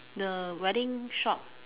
the wedding shop